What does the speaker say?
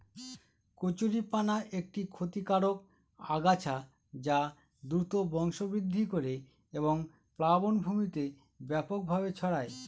কচুরিপানা একটি ক্ষতিকারক আগাছা যা দ্রুত বংশবৃদ্ধি করে এবং প্লাবনভূমিতে ব্যাপকভাবে ছড়ায়